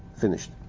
finished